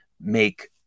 make